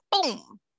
boom